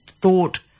thought